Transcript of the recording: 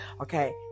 okay